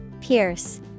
Pierce